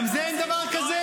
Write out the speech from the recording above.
גם זה אין דבר כזה?